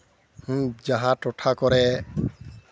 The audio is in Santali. ᱡᱟᱦᱟᱸ ᱴᱚᱴᱷᱟ ᱠᱚᱨᱮᱫ